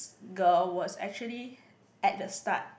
girl was actually at the start